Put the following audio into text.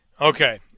Okay